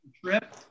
trip